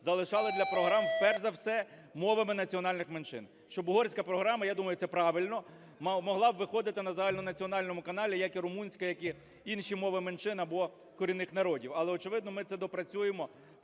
залишали для програм, перш за все, мовами національних меншин. Щоб угорська програма, я думаю, це правильно, могла б виходити на загальнонаціональному каналі, як і румунська, як і інші мови меншин або корінних народів. Але, очевидно, ми це доопрацюємо